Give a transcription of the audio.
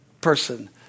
person